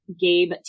Gabe